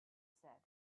said